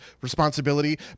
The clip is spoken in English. responsibility